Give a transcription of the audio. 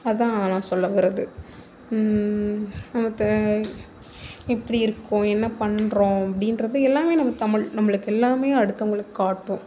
அதுதான் நான் சொல்ல வரது இப்போ எப்படி இருக்கோம் என்ன பண்ணுறோம் அப்படின்றது எல்லாமே நம்ம தமிழ் நம்மளுக்கு எல்லாமே அடுத்தவர்களுக்கு காட்டும்